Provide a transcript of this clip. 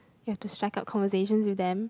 you have to strike up conversations with them